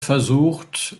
versucht